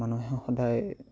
মানুহে সদায়